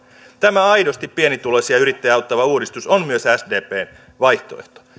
tämä aidosti pienituloisia yrittäjiä auttava uudistus on myös sdpn vaihtoehto